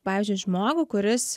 pavyzdžiui žmogų kuris